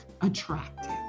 attractive